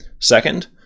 Second